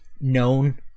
known